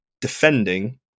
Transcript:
defending